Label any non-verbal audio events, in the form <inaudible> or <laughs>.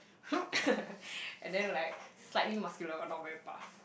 <noise> <laughs> and then like slightly muscular [one] not very buff